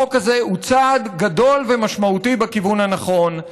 החוק הזה הוא צעד גדול ומשמעותי בכיוון הנכון.